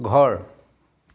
ঘৰ